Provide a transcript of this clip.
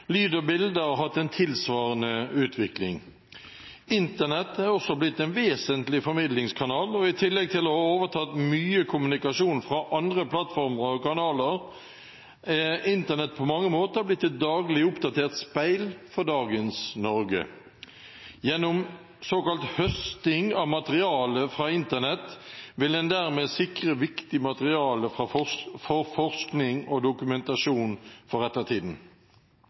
Lyd og bilde har hatt en tilsvarende utvikling. Internett er også blitt en vesentlig formidlingskanal, og i tillegg til å ha overtatt mye kommunikasjon fra andre plattformer og kanaler, er Internett på mange måter blitt et daglig oppdatert speil for dagens Norge. Gjennom såkalt høsting av materiale fra Internett vil en dermed sikre viktig materiale for forskning og dokumentasjon for ettertiden.